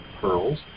pearls